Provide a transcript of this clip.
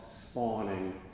spawning